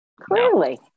Clearly